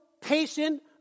patient